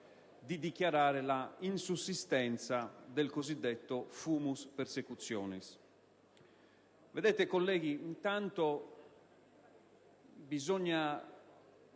di dichiarare la insussistenza del cosiddetto *fumus persecutionis*.